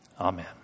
Amen